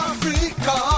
Africa